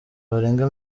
barenga